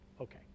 okay